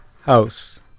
house